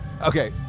Okay